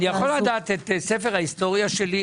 אפשר לדעת את ספר ההיסטוריה שלי,